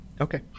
Okay